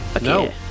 No